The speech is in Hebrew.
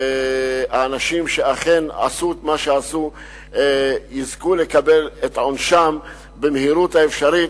שהאנשים שאכן עשו את מה שעשו יזכו לקבל את עונשם במהירות האפשרית,